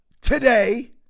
today